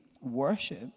worship